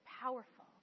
powerful